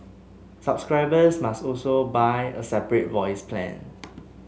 subscribers must also buy a separate voice plan